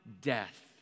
death